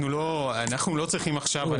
אנחנו לא צריכים עכשיו,